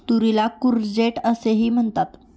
तुरीला कूर्जेट असेही म्हणतात